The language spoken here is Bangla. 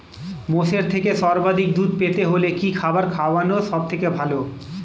মোষের থেকে সর্বাধিক দুধ পেতে হলে কি খাবার খাওয়ানো সবথেকে ভালো?